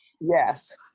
yes